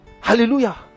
Hallelujah